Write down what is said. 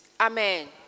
Amen